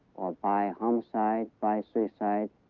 by homicide, by suicide,